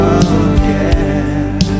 again